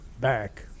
back